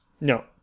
No